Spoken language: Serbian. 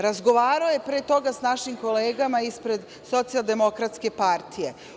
Razgovarao je pre toga sa našim kolegama ispred Socijaldemokratske partije.